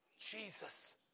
Jesus